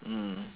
mm